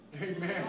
Amen